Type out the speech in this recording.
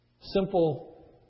Simple